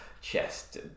chest